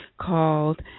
called